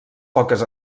poques